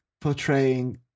portraying